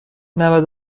نود